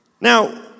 Now